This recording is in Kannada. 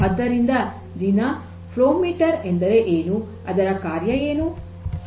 ಆದ್ದರಿಂದ ದೀನಾ ಫ್ಲೋ ಮೀಟರ್ ಅಂದರೆ ಏನು ಅದರ ಕಾರ್ಯ ಏನು